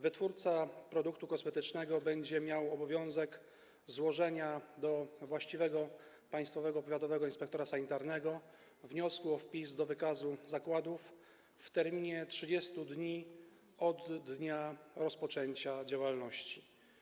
Wytwórca produktu kosmetycznego będzie miał obowiązek złożenia do właściwego państwowego powiatowego inspektora sanitarnego wniosku o wpis do wykazu zakładów w terminie 30 dni od dnia rozpoczęcia działalności.